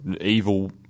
evil